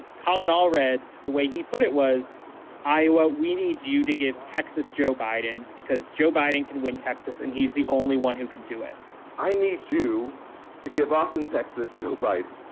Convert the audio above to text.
colin all read the way he put it was iowa. we need you to give texas joe biden, because joe biden can win texas and he's the only one who can do it i need you to give austin, texas, joe biden.